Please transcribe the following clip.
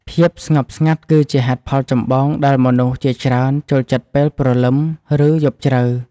ភាពស្ងប់ស្ងាត់គឺជាហេតុផលចម្បងដែលមនុស្សជាច្រើនចូលចិត្តពេលព្រលឹម ឬយប់ជ្រៅ។